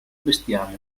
bestiame